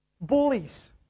Bullies